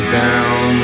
down